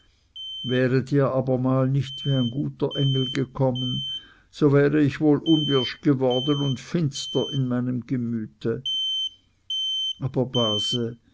wäret ihr abermal nicht wie ein guter engel gekommen so wäre ich wohl unwirsch geworden und finster in meinem gemüte aber base